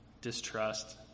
distrust